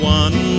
one